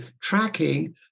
tracking